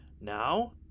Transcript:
Now